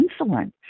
insulin